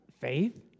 faith